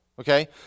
okay